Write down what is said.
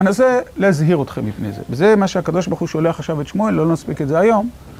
אני מנסה להזהיר אתכם מפני זה, וזה מה שהקדוש ברוך הוא שולח עכשיו את שמואל, לא נספיק את זה היום.